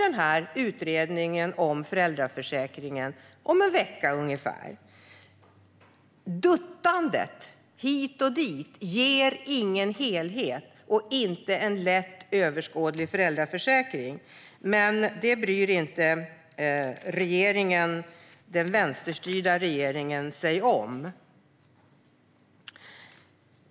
Den här utredningen om föräldraförsäkringen kommer om ungefär en vecka. Duttandet hit och dit ger ingen helhet och ingen lätt och överskådlig föräldraförsäkring, men det bryr sig inte den vänsterstyrda regeringen om.